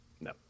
No